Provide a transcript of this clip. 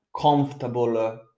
comfortable